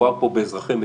מדובר פה באזרחי מדינה,